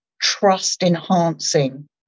trust-enhancing